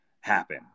happen